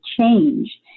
change